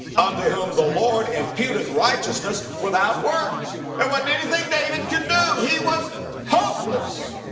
unto whom the lord imputeth righteousness without works. there wasn't anything david could do, he was hopeless,